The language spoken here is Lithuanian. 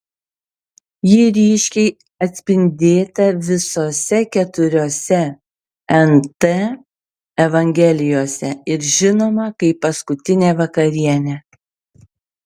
ji ryškiai atspindėta visose keturiose nt evangelijose ir žinoma kaip paskutinė vakarienė